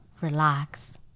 relax